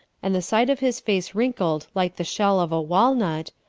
and the side of his face wrinkled like the shell of a walnut,